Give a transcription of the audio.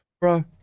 bro